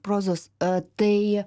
prozos a tai